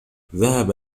ذهب